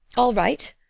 all right!